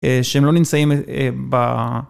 שהם לא נמצאים ב...